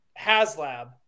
HasLab